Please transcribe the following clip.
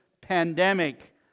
pandemic